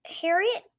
Harriet